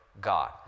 God